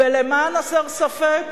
למען הסר ספק,